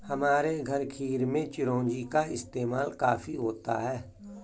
हमारे घर खीर में चिरौंजी का इस्तेमाल काफी होता है